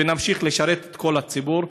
ונמשיך לשרת את כל הציבור,